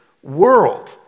World